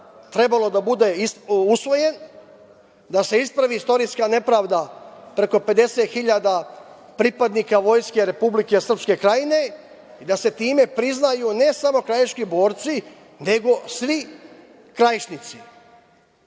trebao da bude usvojen, da se ispravi istorijska nepravda preko 50 hiljada pripadnika Vojske Republike Srpske Krajine i da se time priznaju ne samo krajiški borci, nego svi Krajišnici. Nadam